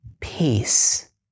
Peace